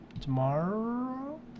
Tomorrow